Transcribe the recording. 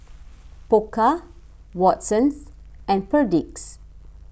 Pokka Watsons and Perdix